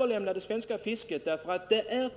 Skall vi ge upp det svenska fisket? Det är nämligen